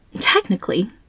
technically